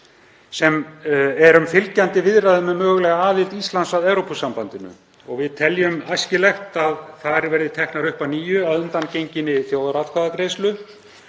erum fylgjandi viðræðum um mögulega aðild Íslands að Evrópusambandinu og teljum æskilegt að þær verði teknar upp að nýju að undangenginni þjóðaratkvæðagreiðslu.